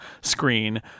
screen